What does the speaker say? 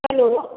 hello